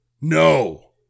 No